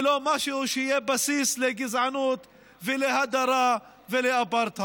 ולא משהו שיהיה בסיס לגזענות ולהדרה ולאפרטהייד.